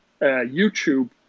YouTube